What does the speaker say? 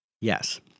Yes